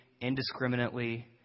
indiscriminately